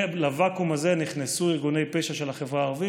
ולוואקום הזה נכנסו ארגוני פשע של החברה הערבית.